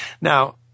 Now